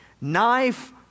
Knife